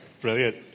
Brilliant